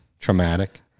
traumatic